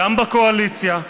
גם בקואליציה,